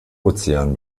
ozean